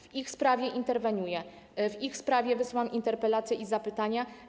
W ich sprawie interweniuję, w ich sprawię wysyłam interpelacje i zapytania.